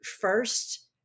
first